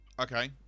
Okay